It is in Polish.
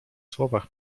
słowach